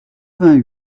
vingt